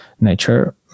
nature